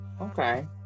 Okay